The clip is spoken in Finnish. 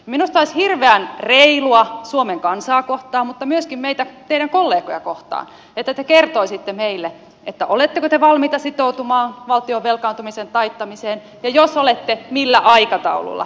minusta olisi hirveän reilua suomen kansaa kohtaan mutta myöskin teidän kollegojanne kohtaan että te kertoisitte meille oletteko te valmiita sitoutumaan valtion velkaantumisen taittamiseen ja jos olette millä aikataululla